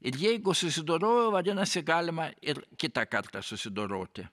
ir jeigu susidorojo vadinasi galima ir kitą kartą susidoroti